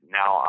now